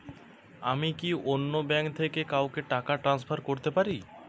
আমি কি অন্য ব্যাঙ্ক থেকে কাউকে টাকা ট্রান্সফার করতে পারি?